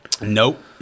Nope